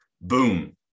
Boom